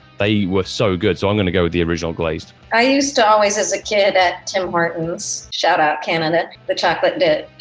they were so good. so i'm going to go with the original glazed. i used to always as a kid at tim horton's, shout out canada, the chocolate donut.